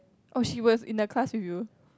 oh she was in the class with you